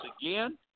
again